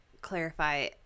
clarify